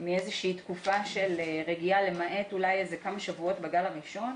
מאיזושהי תקופה של רגיעה למעט אולי כמה שבועות בגל הראשון.